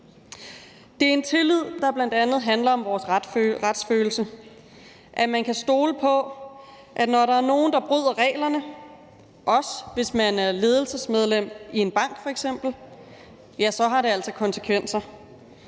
Det er en tillid, der bl.a. handler om vores retsfølelse, altså at man kan stole på, at når der er nogen, der bryder reglerne – også hvis man f.eks. er ledelsesmedlem i en bank – så har det altså konsekvenser.